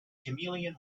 chameleon